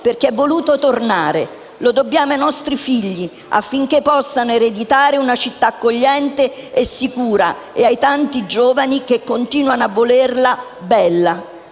perché è voluto tornare. Lo dobbiamo ai nostri figli, affinché possano ereditare una città accogliente e sicura e ai tanti giovani che continuano a volerla bella.